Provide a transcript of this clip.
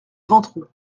ventroux